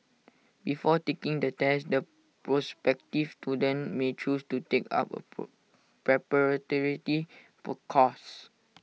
before taking the test the prospective students may choose to take up A per course